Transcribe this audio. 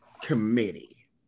committee